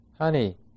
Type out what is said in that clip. Honey